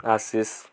Ashish